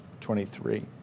23